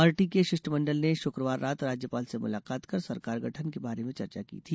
party के एक शिष्टमंडल ने शुक्रवार रात राज्यपाल से मुलाकात कर सरकार गठन के बारे में चर्चा की थी